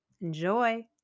Enjoy